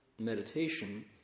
meditation